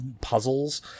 puzzles